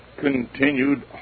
continued